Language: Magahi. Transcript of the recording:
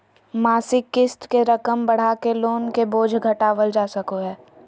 मासिक क़िस्त के रकम बढ़ाके लोन के बोझ घटावल जा सको हय